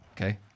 Okay